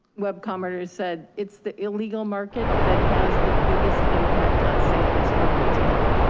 web commenter has said, it's the illegal market that has the biggest impact on sales for retail.